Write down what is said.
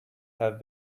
have